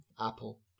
apple